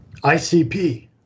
ICP